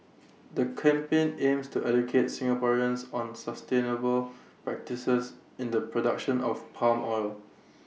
the campaign aims to educate Singaporeans on sustainable practices in the production of palm oil